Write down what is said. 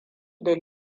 da